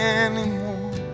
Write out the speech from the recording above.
anymore